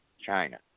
China